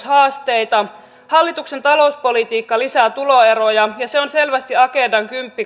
haasteita hallituksen talouspolitiikka lisää tuloeroja ja se on selvästi agendan